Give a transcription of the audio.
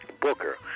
Booker